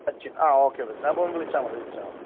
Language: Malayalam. സച്ചിന് ആ ഓക്കെ സച്ചിൻ അപ്പം വിളിച്ചാൽ മതി വിളിച്ചാൽ മതി